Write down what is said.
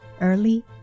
early